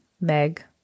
Meg